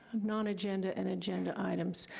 non-agenda, and agenda items,